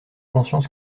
conscience